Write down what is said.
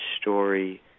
story